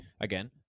again